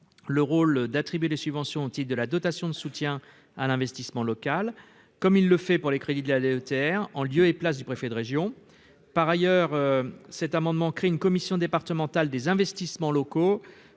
le rôle d'attribuer des subventions au titre de la dotation de soutien à l'investissement local comme il le fait pour les crédits de la DETR en lieu et place du préfet de région, par ailleurs, cet amendement crée une commission départementale des investissements locaux